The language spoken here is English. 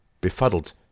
befuddled